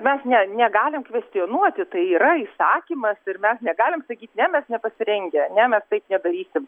mes ne negalim kvestionuoti tai yra įsakymas ir mes negalim sakyt ne mes nepasirengę ne mes taip nedarysim